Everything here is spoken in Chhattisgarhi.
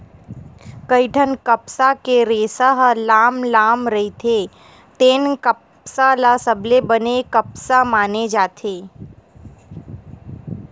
कइठन कपसा के रेसा ह लाम लाम रहिथे तेन कपसा ल सबले बने कपसा माने जाथे